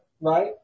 right